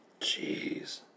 Jeez